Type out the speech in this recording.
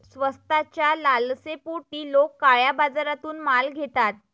स्वस्ताच्या लालसेपोटी लोक काळ्या बाजारातून माल घेतात